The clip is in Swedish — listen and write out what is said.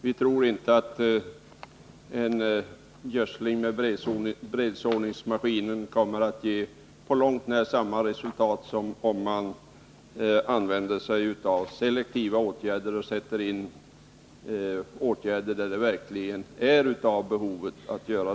Vi tror inte att en gödsling med bredsåningsmaskin kommer att ge på långt när samma resultat som om man använder sig av selektiva åtgärder och sätter in dem där behoven finns.